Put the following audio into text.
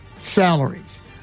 salaries